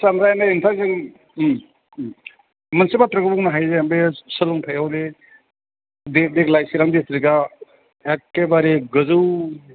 आथसा ओमफ्राय नै नोंथां जों मोनसे बाथ्राखौ बुंनो हाहैगोन बे सोलोंथाइआव बे बे देग्लाय चिरां डिसट्रिकआ एखेबारे गोजौ